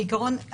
בעיקרון,